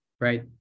right